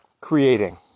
creating